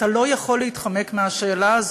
אתה לא יכול להתחמק מהשאלה הזאת.